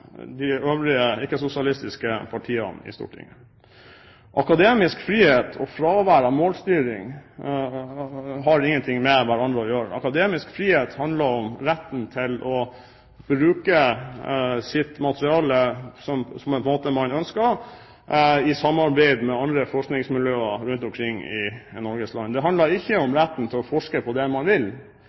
de øvrige ikke-sosialistiske partiene i Stortinget. Akademisk frihet og fravær av målstyring har ingenting med hverandre å gjøre. Akademisk frihet handler om retten til å bruke sitt materiale på den måten man ønsker, i samarbeid med andre forskningsmiljøer rundt omkring i Norges land. Det handler ikke om retten til å forske på det man vil.